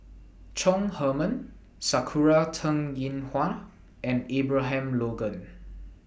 Chong Heman Sakura Teng Ying Hua and Abraham Logan